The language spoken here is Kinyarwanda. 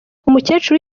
umukecuru